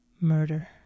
murder